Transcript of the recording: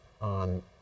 on